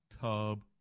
tub